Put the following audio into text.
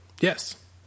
Yes